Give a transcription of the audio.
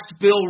bill